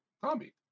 Tommy